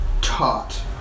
taught